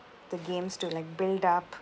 the games to like build up